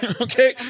Okay